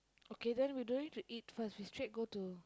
okay then we don't need to eat first we straight go to